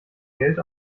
geld